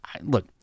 look